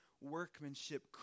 workmanship